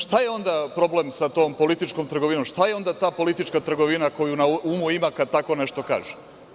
Šta je onda problem sa tom političkom trgovinom, šta je onda politička trgovina koju na umu ima kad tako nešto kaže?